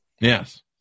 Yes